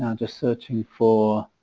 and just searching for